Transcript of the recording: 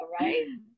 right